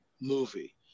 movie